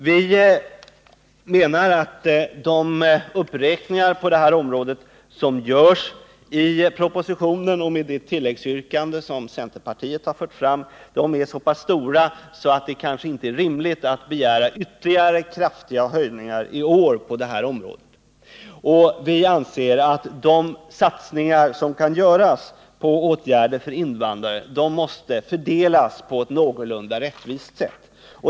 Vi menar att de uppräkningar på det här området som görs i propositionen — med det tilläggsyrkande centerpartiet fört fram — är så pass stora att det kanske inte är rimligt att begära ytterligare kraftiga höjningar i år. Vi anser att de satsningar som kan göras på åtgärder för invandrare måste fördelas någorlunda rättvist.